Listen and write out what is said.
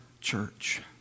church